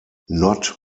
not